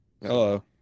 Hello